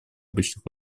обычных